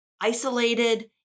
isolated